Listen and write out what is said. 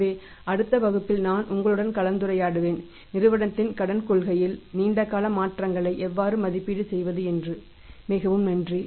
எனவே அடுத்த வகுப்பில் நான் உங்களுடன் கலந்துரையாடுவேன் நிறுவனத்தின் கடன் கொள்கையில் நீண்டகால மாற்றங்களை எவ்வாறு மதிப்பீடு செய்வது என்று மிகவும் நன்றி